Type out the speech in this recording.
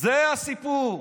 זה הסיפור,